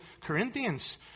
Corinthians